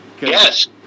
yes